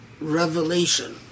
revelation